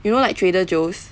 you know like trader joe's